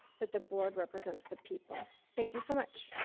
but the board represents the people. thank you so much.